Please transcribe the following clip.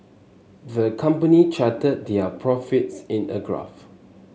the company charted their profits in a graph